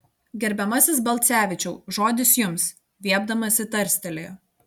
gerbiamasis balcevičiau žodis jums viepdamasi tarstelėjo